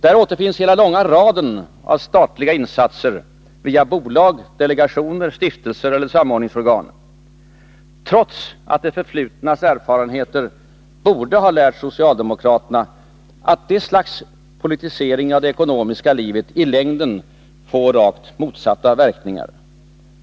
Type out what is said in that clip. Där återfinns hela den långa raden av statliga insatser, via bolag, delegationer, stiftelser eller samordningsorgan, trots att det förflutnas erfarenheter borde ha lärt socialdemokraterna att detta slags politisering av det ekonomiska livet i längden får rakt motsatta verkningar.